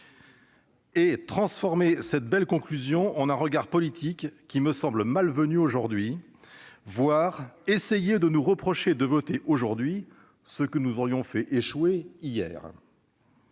et transformer cette belle conclusion avec un regard politique qui me semble malvenu aujourd'hui, voire essayer de nous reprocher de voter aujourd'hui ce que nous aurions fait échouer hier